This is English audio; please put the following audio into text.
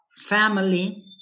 family